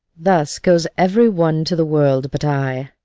thus goes every one to the world but i,